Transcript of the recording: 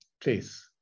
Please